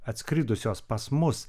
atskridusios pas mus